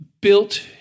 built